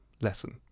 lesson